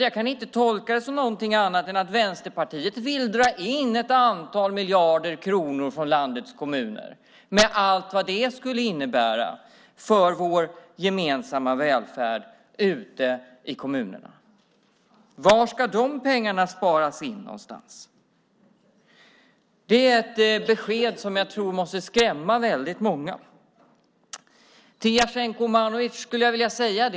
Jag kan inte tolka det som något annat än att Vänsterpartiet vill dra in ett antal miljarder kronor från landets kommuner med allt vad det skulle innebära för vår gemensamma välfärd i kommunerna. Var ska de pengarna sparas in någonstans? Det är ett besked som måste skrämma många.